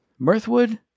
Mirthwood